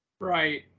right